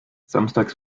samstags